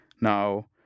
Now